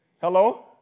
Hello